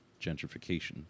gentrification